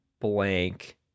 blank